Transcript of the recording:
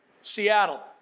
Seattle